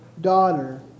Daughter